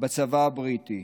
בצבא הבריטי.